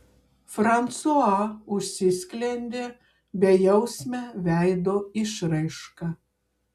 fransua užsisklendė bejausme veido išraiška